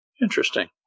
Interesting